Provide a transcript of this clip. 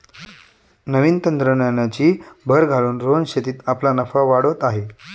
नवीन तंत्रज्ञानाची भर घालून रोहन शेतीत आपला नफा वाढवत आहे